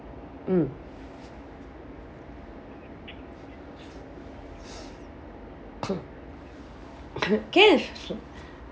mm can